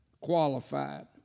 qualified